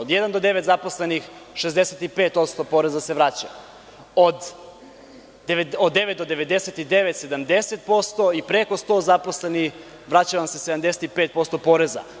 Od jedan do devet zaposlenih 65% poreza se vraća, od devet do 99 – 70% i preko 100 zaposlenih, vraća vam se 75% poreza.